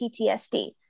ptsd